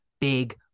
big